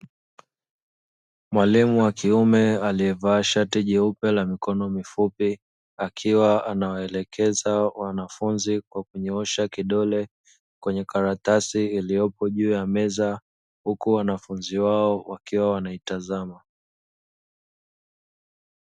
Mwalimu wa kiume alievaa shati jeupe la mikono mifupi akiwa anawaelekeza wanafunzi kwa kunyoosha kidole kwenye karatasi iliyopo juu ya meza huku wanafunzi wao wakiwa wanaitazama.